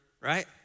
right